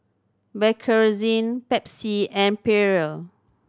Bakerzin Pepsi and Perrier